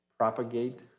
Propagate